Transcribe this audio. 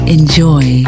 Enjoy